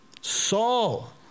Saul